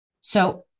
So-